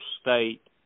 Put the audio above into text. state